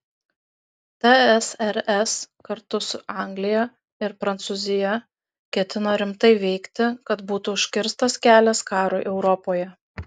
tsrs kartu su anglija ir prancūzija ketino rimtai veikti kad būtų užkirstas kelias karui europoje